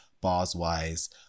bars-wise